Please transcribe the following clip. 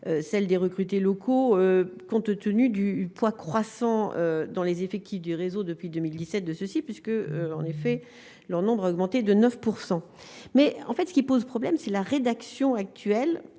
celle des recrutés locaux, compte tenu du poids croissant dans les effets qui du réseau depuis 2017, 2 ceci, puisque, en effet, leur nombre a augmenté de 9 % mais en fait, ce qui pose problème c'est la rédaction actuelle